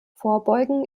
vorbeugen